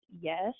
yes